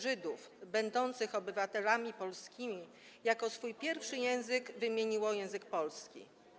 Żydów będących obywatelami polskimi jako swój pierwszy język wymieniło język polski.